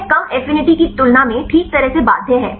यह कम एफिनिटी की तुलना में ठीक तरह से बाध्य है